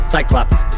Cyclops